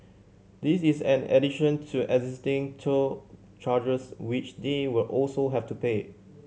this is an addition to existing toll charges which they will also have to pay